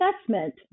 assessment